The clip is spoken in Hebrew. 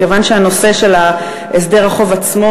מכיוון שהנושא של הסדר החוב עצמו,